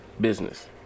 business